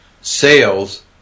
sales